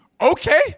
okay